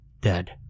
Dead